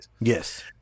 Yes